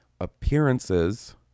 appearances